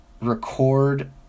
record